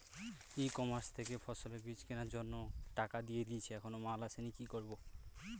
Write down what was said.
ই commerce থেকে ফসলের বীজ কেনার জন্য টাকা দিয়ে দিয়েছি এখনো মাল আসেনি কি করব?